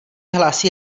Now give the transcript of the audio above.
hlásí